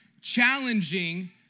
challenging